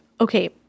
okay